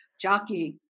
Jockey